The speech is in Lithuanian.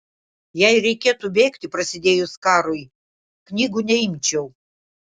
jei reikėtų bėgti prasidėjus karui knygų neimčiau